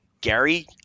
Gary